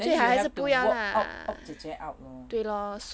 then you have to wo~ out opt 姐姐 out lor